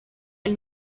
del